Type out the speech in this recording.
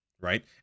right